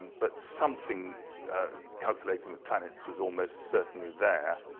but something calculating the planets was almost certainly there.